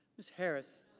ms. harris.